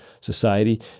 society